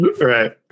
Right